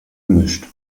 mischt